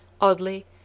Oddly